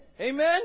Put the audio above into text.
Amen